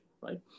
right